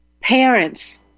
parents